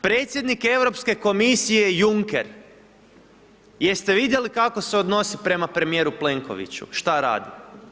Predsjednik Europske komisije Junker jeste vidjeli kako se odnosi prema premijeru Plenkoviću što radi?